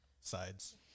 sides